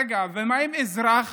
רגע, ומה עם אזרח